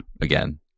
again